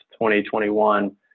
2021